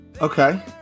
Okay